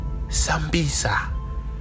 Sambisa